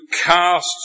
cast